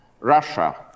Russia